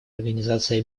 организации